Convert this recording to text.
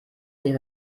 nicht